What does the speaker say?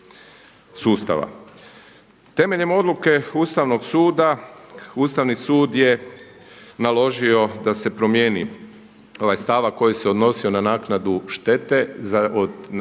sustava. Temeljem odluke Ustavnog suda, Ustavni sud je naložio da se promijeni ovaj stavak koji se odnosio na naknadu štete počinjene